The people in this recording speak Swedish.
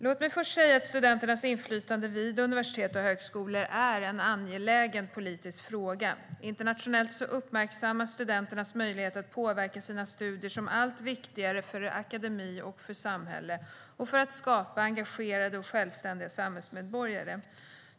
Låt mig först säga att studenternas inflytande vid universitet och högskolor är en angelägen politisk fråga. Internationellt uppmärksammas studenternas möjlighet att påverka sina studier som allt viktigare för akademi och samhälle och för att skapa engagerade och självständiga samhällsmedborgare.